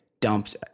dumped